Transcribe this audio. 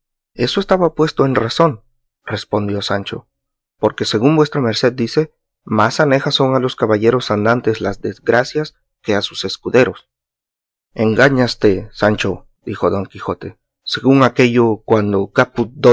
eso estaba puesto en razón respondió sancho porque según vuestra merced dice más anejas son a los caballeros andantes las desgracias que a sus escuderos engáñaste sancho dijo don quijote según aquello quando